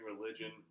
religion